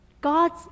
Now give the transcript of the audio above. God's